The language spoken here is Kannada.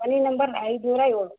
ಮನೆ ನಂಬರ್ ಐನೂರ ಏಳು